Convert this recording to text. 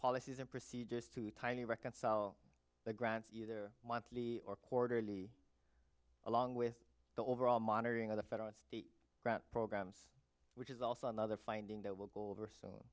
policies and procedures to tiny reconcile the grants either monthly or quarterly along with the overall monitoring of the federal state programs which is also another finding that will blow over so